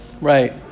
Right